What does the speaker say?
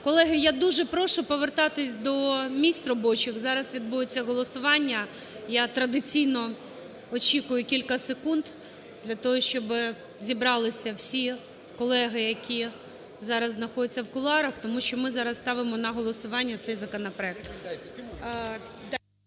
Колеги, я дуже прошу повертатися до міст робочих, зараз відбудеться голосування. Я традиційно очікую кілька секунд для того, щоб зібралися всі колеги, які зараз знаходяться в кулуарах, тому що ми зараз ставимо на голосування цей законопроект.